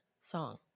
song